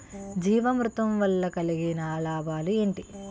జీవామృతం వల్ల కలిగే లాభాలు ఏంటి?